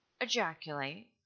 ejaculate